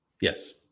Yes